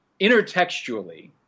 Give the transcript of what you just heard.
intertextually